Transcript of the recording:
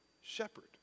shepherd